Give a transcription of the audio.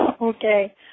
Okay